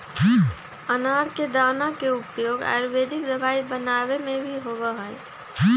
अनार के दाना के उपयोग आयुर्वेदिक दवाई बनावे में भी होबा हई